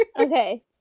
Okay